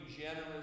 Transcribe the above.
generous